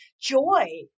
joy